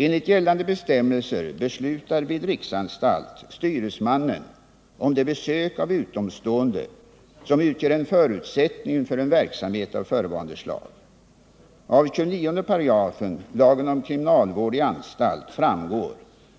Enligt gällande bestämmelser beslutar vid riksanstalt styresmannen om de besök av utomstående som utgör en förutsättning för en verksamhet av förevarande slag. Av 29 § lagen om kriminalvård i anstalt framgår